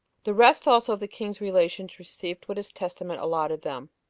the rest also of the king's relations received what his testament allotted them.